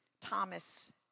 Thomas